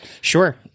Sure